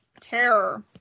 terror